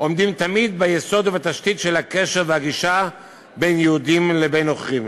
עומדים תמיד ביסוד ובתשתית של הקשר והגישה בין יהודים לבין נוכרים.